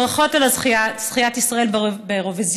ברכות על זכיית ישראל באירוויזיון,